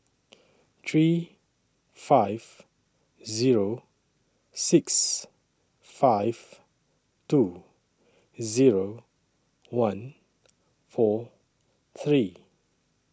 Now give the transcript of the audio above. three five Zero six five two Zero one four three